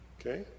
okay